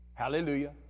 Hallelujah